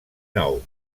nou